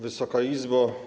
Wysoka Izbo!